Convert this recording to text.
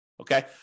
Okay